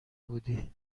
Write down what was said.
بودی